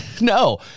No